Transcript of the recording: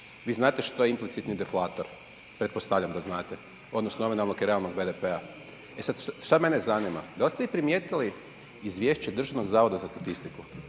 Vi znate što je implicitni deflator, pretpostavljam da znate odnos nominalnog i realnog BDP-a. E sad, šta mene zanima da li ste vi primijetili izvješće Državnog zavoda za statistiku